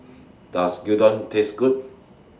Does Gyudon Taste Good